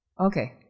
Okay